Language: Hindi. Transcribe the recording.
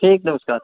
ठीक नमस्कार